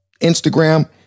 instagram